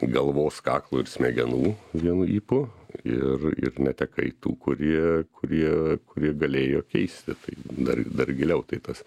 galvos kaklo ir smegenų vienu ypu ir ir netekai tų kurie kurie kurie galėjo keisti tai dar dar giliau tai tas